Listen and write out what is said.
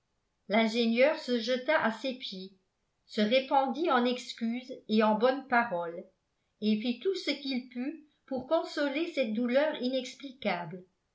l'ingénieur se jeta à ses pieds se répandit en excuses et en bonnes paroles et fit tout ce qu'il put pour consoler cette douleur inexplicable